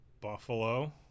Buffalo